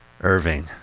Irving